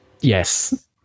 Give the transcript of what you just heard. Yes